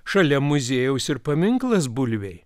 šalia muziejaus ir paminklas bulvei